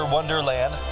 Wonderland